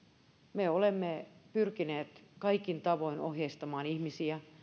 me olemme pyrkineet kaikin tavoin ohjeistamaan ihmisiä